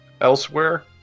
elsewhere